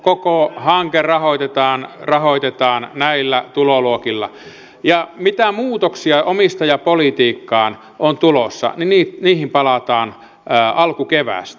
koko hanke rahoitetaan näillä tuloluokilla ja mitä muutoksia omistajapolitiikkaan on tulossa niihin palataan alkukeväästä